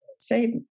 say